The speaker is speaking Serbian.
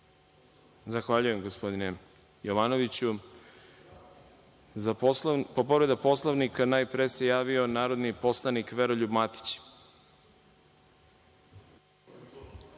Zahvaljujem gospodine Jovanoviću. Povreda Poslovnika, najpre se javio narodni poslanik Veroljub Matić. Molim